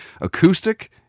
Acoustic